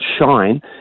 shine